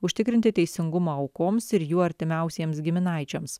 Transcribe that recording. užtikrinti teisingumą aukoms ir jų artimiausiems giminaičiams